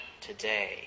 today